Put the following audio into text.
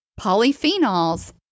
polyphenols